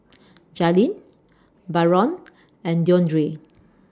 Jailyn Byron and Deondre